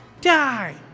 die